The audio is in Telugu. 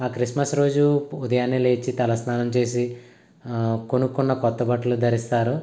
ఆ క్రిస్మస్ రోజు ఉదయాన్నే లేచి తల స్నానం చేసి కొనుక్కున్న కొత్త బట్టలు ధరిస్తారు